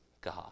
God